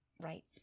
Right